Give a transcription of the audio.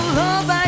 love